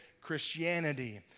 Christianity